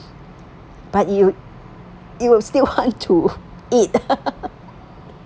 but you you will still hunt to eat